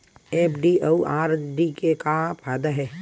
FD अउ RD के का फायदा हे?